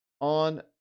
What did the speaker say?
on